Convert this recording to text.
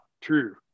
true